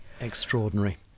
Extraordinary